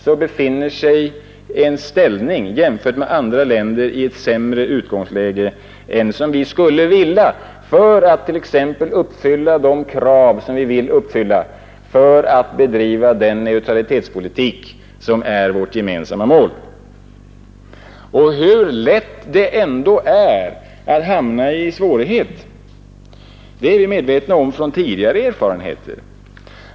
Vi kommer att befinna oss i ett sämre utgångsläge än vi skulle önska då det gäller att t.ex. driva den neutralitetspolitik som är vårt gemensamma mål. Hur lätt det ändå är att hamna i svårigheter är vi medvetna om genom tidigare erfarenheter.